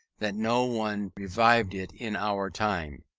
that no one revived it in our time.